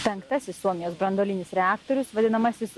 penktasis suomijos branduolinis reaktorius vadinamasis